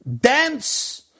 Dance